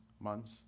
months